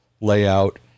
layout